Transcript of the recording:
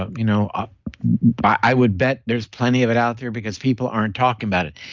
but you know ah i would bet there's plenty of it out there because people aren't talking about it.